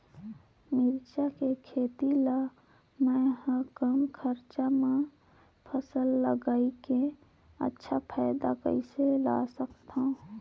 मिरचा के खेती ला मै ह कम खरचा मा फसल ला लगई के अच्छा फायदा कइसे ला सकथव?